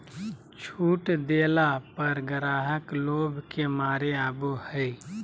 छुट देला पर ग्राहक लोभ के मारे आवो हकाई